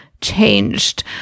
changed